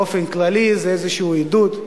באופן כללי זה איזשהו עידוד.